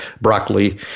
broccoli